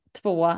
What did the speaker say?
två